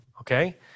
okay